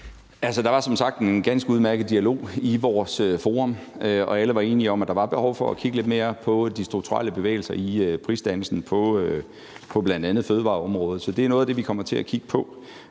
Der var som sagt en ganske udmærket dialog i vores forum, og alle var enige om, at der var behov for at kigge lidt mere på de strukturelle bevægelser i prisdannelsen på bl.a. fødevareområdet. Så det er noget af det, vi kommer til at kigge på.